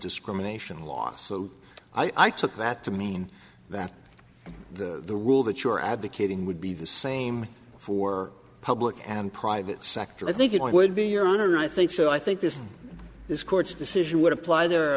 discrimination law so i took that to mean that the rule that you're advocating would be the same for public and private sector i think it would be your honor i think so i think this this court's decision would apply there